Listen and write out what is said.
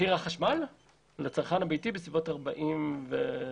מחיר החשמל לצרכן הביתי הוא כ-45 אגורות.